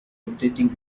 rotating